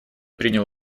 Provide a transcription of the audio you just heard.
принял